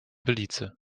belize